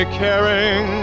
caring